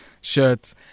shirts